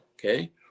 okay